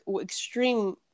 extreme